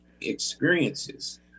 experiences